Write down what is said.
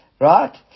Right